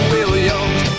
Williams